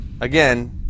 Again